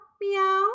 meow